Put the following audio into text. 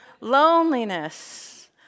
Loneliness